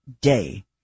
Day